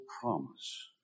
promise